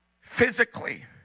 physically